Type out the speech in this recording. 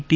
T